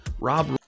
Rob